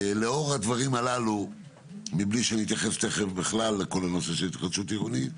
לאור הדברים הללו מבלי שנתייחס תיכף בכלל לכל הנושא של התחדשות עירונית,